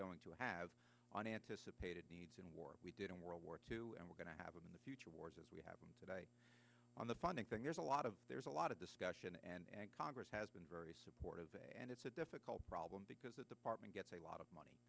going to have unanticipated needs in war we did in world war two and we're going to have in the future wars as we have today on the funding thing there's a lot of there's a lot of discussion and congress has been very supportive and it's difficult problem because the department gets a lot of money